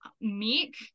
meek